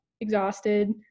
Exhausted